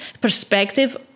perspective